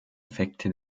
effekte